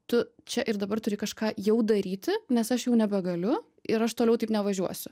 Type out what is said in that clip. tu čia ir dabar turi kažką jau daryti nes aš jau nebegaliu ir aš toliau taip nevažiuosiu